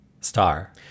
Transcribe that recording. Star